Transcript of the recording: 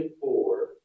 four